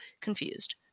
confused